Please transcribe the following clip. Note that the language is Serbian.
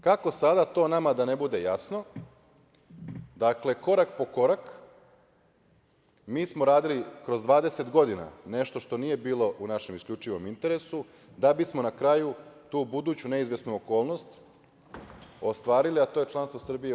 Kako sada to nama da ne bude jasno, dakle korak po korak mi smo radili kroz 20 godina nešto što nije bilo u našem isključivom interesu, da bi smo na kraju tu buduću neizvesnu okolnost ostvarili, a to je članstvo Srbije u EU.